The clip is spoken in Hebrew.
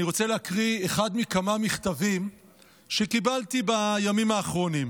אני רוצה להקריא אחד מכמה מכתבים שקיבלתי בימים האחרונים